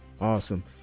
Awesome